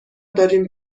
داریم